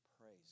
Praise